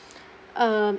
uh